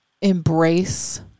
embrace